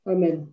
Amen